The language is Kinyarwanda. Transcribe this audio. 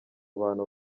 bantu